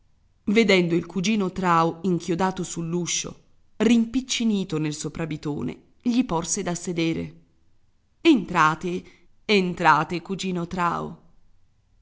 vedendo il cugino trao inchiodato sull'uscio rimpiccinito nel soprabitone gli porse da sedere entrate entrate cugino trao